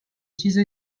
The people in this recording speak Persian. چیز